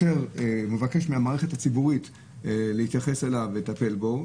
הוא מבקש מהמערכת הציבורית להתייחס אליו ולטפל בו,